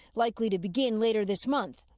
likely to begin later this month.